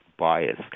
Bias